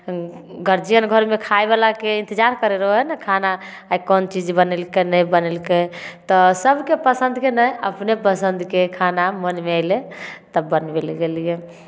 guardian घरमे खायवलाके इन्तजार करै रहै हइ ने खाना आइ कोन चीज बनेलकै नहि बनैलकै तऽ सभके पसन्दके नहि अपने पसन्दके खाना मोनमे अयलै तऽ बनबै लेल गेलियै